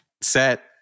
set